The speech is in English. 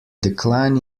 decline